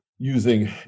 using